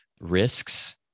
risks